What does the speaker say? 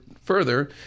further